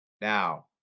Now